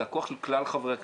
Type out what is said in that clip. זה הכוח של כלל חברי הכנסת,